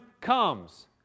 comes